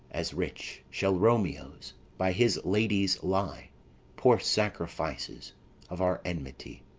as rich shall romeo's by his lady's lie poor sacrifices of our enmity!